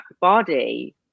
body